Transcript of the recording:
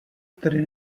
tedy